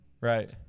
right